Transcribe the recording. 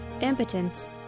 impotence